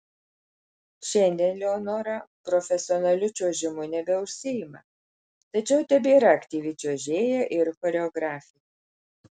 šiandien leonora profesionaliu čiuožimu nebeužsiima tačiau tebėra aktyvi čiuožėja ir choreografė